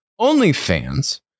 OnlyFans